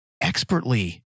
expertly